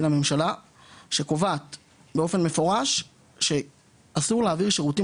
לממשלה שקובעת באופן מפורש שאסור להעביר שירותים